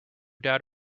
doubt